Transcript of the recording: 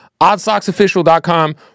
Oddsocksofficial.com